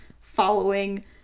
following